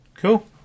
cool